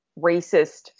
racist